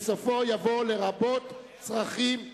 ובסופו יבוא: 'לרבות צרכים עתידיים'".